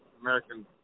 American